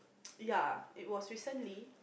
ya it was recently